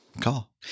call